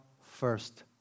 first